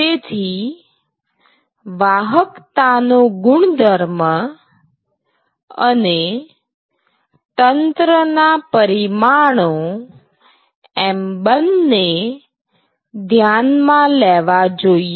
તેથી વાહકતા નો ગુણધર્મ અને તંત્રના પરિમાણો એમ બંને ધ્યાનમાં લેવા જોઈએ